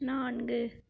நான்கு